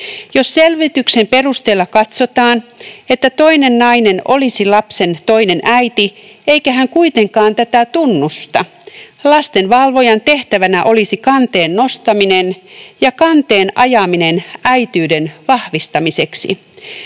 Jos selvityksen perusteella katsotaan, että toinen nainen olisi lapsen toinen äiti, eikä hän kuitenkaan tätä tunnusta, lastenvalvojan tehtävänä olisi kanteen nostaminen ja kanteen ajaminen äitiyden vahvistamiseksi.